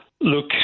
Look